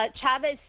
Chavez